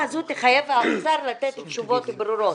הזו תחייב את האוצר לתת תשובות ברורות.